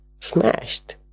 smashed